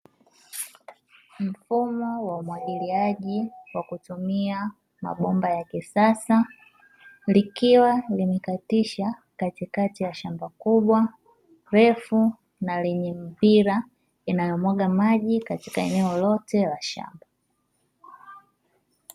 Mfumo wa umwagiliaji wa kutumia mabomba ya kisasa likiwa limekatisha katikati ya shamba, refu na lenye mipira inayomwaga maji katika eneo lote la shamba.